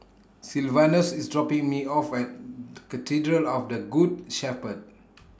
Sylvanus IS dropping Me off At Cathedral of The Good Shepherd